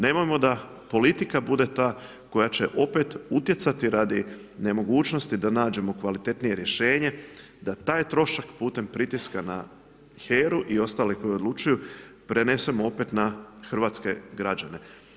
Nemojmo da politika bude ta koja će opet utjecati radi nemogućnosti da nađemo kvalitetnije rješenje, da taj trošak putem pritiska na HERA-u i ostale koji odlučuju prenesemo opet na hrvatske građane.